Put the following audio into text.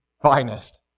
finest